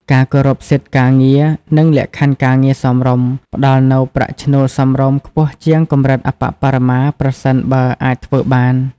ការគោរពសិទ្ធិការងារ និងលក្ខខណ្ឌការងារសមរម្យ ផ្តល់នូវប្រាក់ឈ្នួលសមរម្យ ខ្ពស់ជាងកម្រិតអប្បបរមា ប្រសិនបើអាចធ្វើបាន។